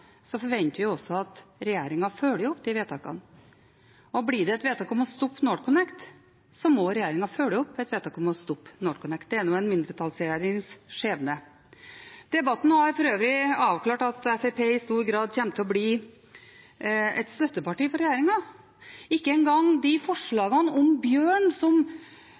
forventer vi også at regjeringen følger opp de vedtakene. Og blir det et vedtak om å stoppe NorthConnect, må regjeringen følge opp et vedtak om å stoppe NorthConnect. Det er nå engang en mindretallsregjerings skjebne. Debatten har for øvrig avklart at Fremskrittspartiet i stor grad kommer til å bli et støtteparti for regjeringen. Ikke engang de forslagene om bjørn som